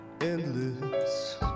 endless